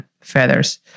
feathers